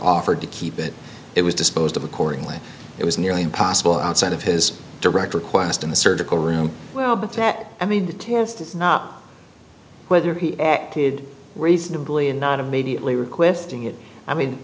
offered to keep it it was disposed of accordingly it was nearly impossible outside of his direct request in the surgical room well but that i mean not whether he acted reasonably and not immediately requesting it i mean